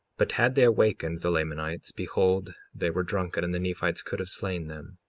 but had they awakened the lamanites, behold they were drunken and the nephites could have slain them.